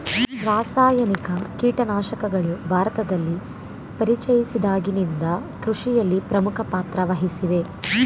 ರಾಸಾಯನಿಕ ಕೀಟನಾಶಕಗಳು ಭಾರತದಲ್ಲಿ ಪರಿಚಯಿಸಿದಾಗಿನಿಂದ ಕೃಷಿಯಲ್ಲಿ ಪ್ರಮುಖ ಪಾತ್ರ ವಹಿಸಿವೆ